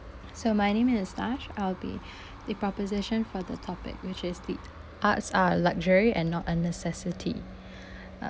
so my name is nash I'll be the proposition for the topic which is the arts are luxury and not a necessity uh